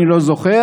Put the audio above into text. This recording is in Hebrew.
אני לא זוכר.